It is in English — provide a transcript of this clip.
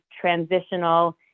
transitional